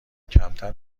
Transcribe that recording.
کمتر